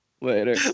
Later